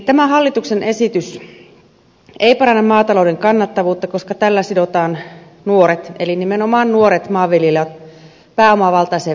tämä hallituksen esitys ei paranna maatalouden kannattavuutta koska tällä sidotaan nuoret nimenomaan nuoret maanviljelijät pääomavaltaiseen viljelyyn